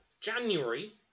January